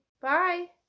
Bye